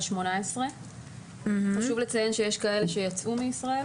18. חשוב לציין שיש כאלה שיצאו מישראל